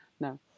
No